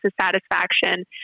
satisfaction